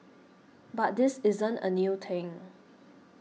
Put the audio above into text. but this isn't a new thing